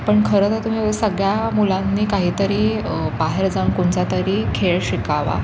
पण खरं तर तुम्ही सगळ्या मुलांनी काही तरी बाहेर जाऊन कोणता तरी खेळ शिकावा